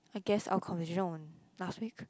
I guess our conversation on last week